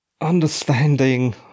understanding